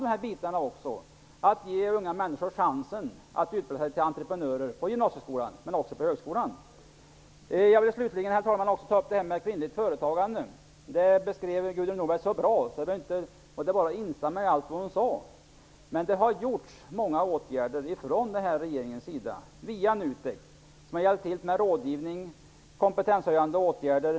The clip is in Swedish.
Det är viktigt att ge unga människor chansen att utbilda sig till entreprenörer på gymnasieskolan och på högskolan. Slutligen vill jag ta upp frågan om kvinnligt företagande. Gudrun Norberg beskrev det mycket bra. Det är bara för mig att instämma i allt det hon sade. Men det har gjorts många åtgärder från denna regerings sida via NUTEK som bistått med rådgivning och kompetenshöjande åtgärder.